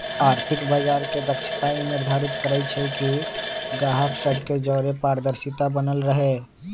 आर्थिक बजार के दक्षता ई निर्धारित करइ छइ कि गाहक सभ के जओरे पारदर्शिता बनल रहे